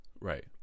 Right